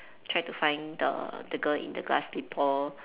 try to find the the girl in the glass slipper